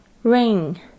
Ring